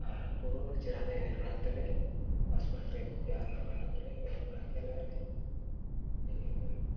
ᱟᱨ ᱯᱩᱨᱟᱹ ᱪᱮᱦᱨᱟ ᱞᱮ ᱮᱱᱮᱡ ᱵᱟᱲᱟ ᱠᱟᱛᱮᱫ ᱞᱮ ᱯᱷᱟᱥ ᱯᱨᱟᱭᱤᱡᱽ ᱞᱮ ᱟᱹᱜᱩ ᱠᱮᱜᱼᱟ ᱟᱨ ᱱᱟᱯᱟᱭ ᱧᱚᱜ ᱜᱮᱞᱮ ᱮᱱᱮᱡ ᱵᱟᱲᱟ ᱠᱮᱜᱼᱟ ᱞᱮ ᱟᱞᱮ